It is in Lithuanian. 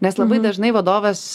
nes labai dažnai vadovas